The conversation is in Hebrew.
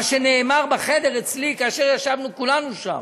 מה שנאמר בחדר אצלי כאשר ישבנו כולנו שם,